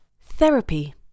Therapy